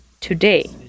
today